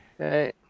Okay